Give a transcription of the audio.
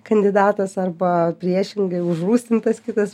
kandidatas arba priešingai užrūstintas kitas